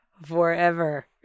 Forever